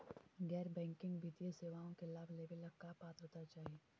गैर बैंकिंग वित्तीय सेवाओं के लाभ लेवेला का पात्रता चाही?